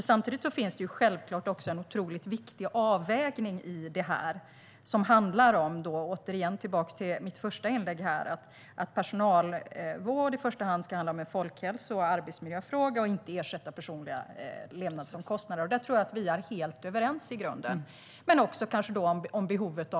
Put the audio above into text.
Samtidigt måste det självklart göras en avvägning som handlar om - för att gå tillbaka till mitt första inlägg - att personalvård i första hand ska handla om folkhälso och arbetsmiljöfrågor och inte ersätta levnadsomkostnader. Där tror jag att vi i grunden är helt överens.